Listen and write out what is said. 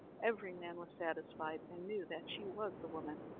every man was satisfied and knew that she was the woman.